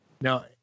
Now